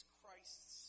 Christ's